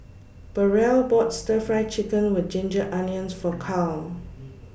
Burrell bought Stir Fry Chicken with Ginger Onions For Karl